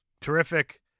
terrific